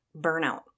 burnout